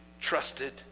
trusted